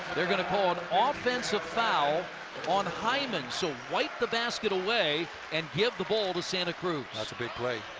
they're going to call on offensive foul on hyman. so wipe the basket away and give the ball to santa cruz. that's a big play.